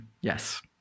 Yes